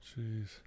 Jeez